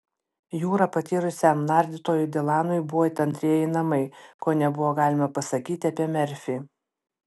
jūra patyrusiam nardytojui dilanui buvo it antrieji namai ko nebuvo galima pasakyti apie merfį